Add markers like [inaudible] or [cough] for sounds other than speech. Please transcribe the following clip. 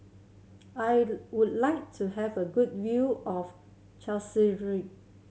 I [unintelligible] would like to have a good view of [unintelligible]